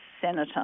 senator